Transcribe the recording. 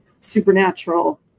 supernatural